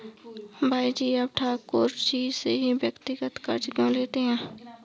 भाई जी आप ठाकुर जी से ही व्यक्तिगत कर्ज क्यों लेते हैं?